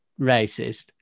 racist